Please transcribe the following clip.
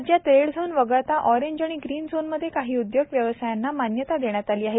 राज्यात रेडझोन वगळता ऑरेंज आणि ग्रीन झोनमध्ये काही उद्योग व्यवसायांना मान्यता देण्यात आली आहे